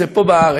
זה פה בארץ,